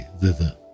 thither